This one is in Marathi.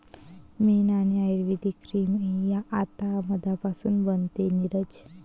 मेण आणि आयुर्वेदिक क्रीम आता मधापासून बनते, नीरज